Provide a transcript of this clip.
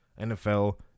NFL